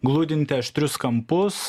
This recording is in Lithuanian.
gludinti aštrius kampus